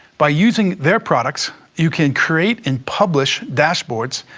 by using their products, you can create and publish dashboards,